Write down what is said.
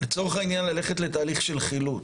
--- לצורך העניין ללכת לתהליך של חילוט.